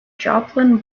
joplin